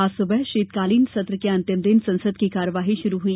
आज सुबह शीतकालीन सत्र के अंतिम दिन संसद की कार्यवाही शुरू हुई